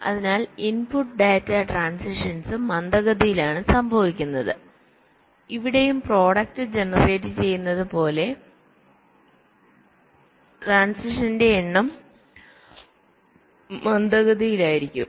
അതിനാൽ input data ട്രാന്സിഷൻസും മന്ദഗതിയിലാണ് സംഭവിക്കുന്നത് അതിനാൽ ഇവിടെയും പ്രോഡക്റ്റ് ജനറേറ്റ് ചെയ്യുന്നത് പോലെ ട്രാന്സിഷൻസിന്റെ എണ്ണം മന്ദഗതിയിലായിരിക്കും